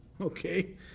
Okay